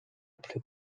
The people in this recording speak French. plus